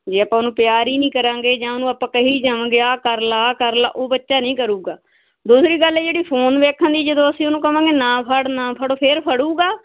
ਜੇ ਆਪਾਂ ਉਹਨੂੰ ਪਿਆਰ ਹੀ ਨਹੀਂ ਕਰਾਂਗੇ ਜਾਂ ਉਹਨੂੰ ਆਪਾਂ ਕਹੀ ਜਾਵਾਂਗੇ ਆਹ ਕਰ ਲਾ ਆਹ ਕਰ ਲਾ ਉਹ ਬੱਚਾ ਨਹੀਂ ਕਰੂਗਾ ਦੂਸਰੀ ਗੱਲ ਜਿਹੜੀ ਫੋਨ ਵੇਖਣ ਦੀ ਜਦੋਂ ਅਸੀਂ ਉਹਨੂੰ ਕਵਾਂਗੇ ਨਾ ਫੜ ਨਾ ਫੜ ਫਿਰ ਫੜੂਗਾ